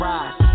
Rise